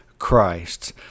christ